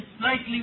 slightly